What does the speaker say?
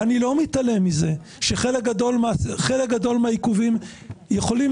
אני לא מתעלם מזה שחלק גדול מהעיכובים יכולים